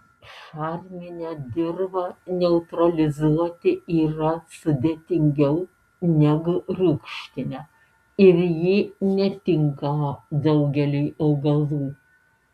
šarminę dirvą neutralizuoti yra sudėtingiau negu rūgštinę ir ji netinkama daugeliui augalų